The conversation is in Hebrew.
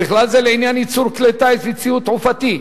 ובכלל זה לעניין ייצור כלי טיס וציוד תעופתי,